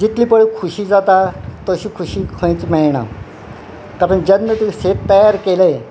जितली पळय खुशी जाता तशी खुशी खंयच मेयणा कारण जेन्ना तुमी सेप तयार केले